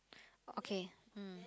okay mm